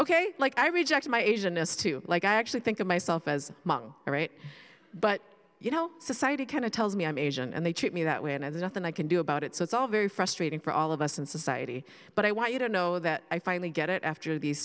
ok like i rejected my asian s too like i actually think of myself as a right but you know society kind of tells me i'm asian and they treat me that way and there's nothing i can do about it so it's all very frustrating for all of us in society but i want you to know that i finally get it after these